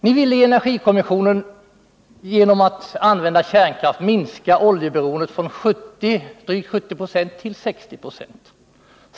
Ni ville i energikommissionen genom att använda kärnkraft minska oljeberoendet från drygt 70 96 till 60 96.